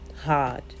hard